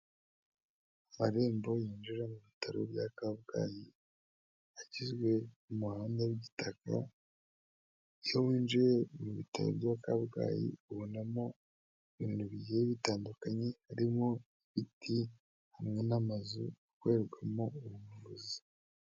Amarembo yinjira mu bitaro bya Kabgayi, agizwe n'umuhanda w'igitaka, iyo winjiye mu bitaro bya Kabgayi ubonamo ibintu bigiye bitandukanye, harimo ibiti hamwe n'amazu akorerwamo ubuvuzi.